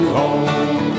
home